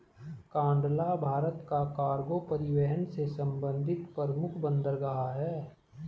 कांडला भारत का कार्गो परिवहन से संबंधित प्रमुख बंदरगाह है